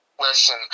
Listen